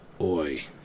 Oi